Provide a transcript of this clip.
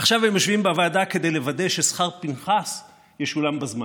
ועכשיו הם יושבים בוועדה כדי לוודא ששכר פינחס ישולם בזמן.